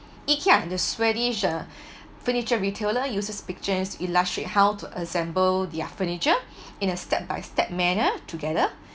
IKEA the swedish furniture retailer uses pictures to illustrate how to assemble their furniture in a step by step manner together